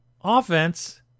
offense